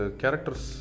characters